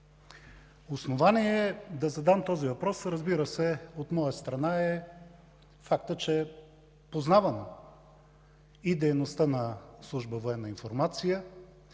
Основание да задам този въпрос, разбира се, от моя страна е фактът, че познавам дейността на